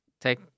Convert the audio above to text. take